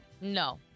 No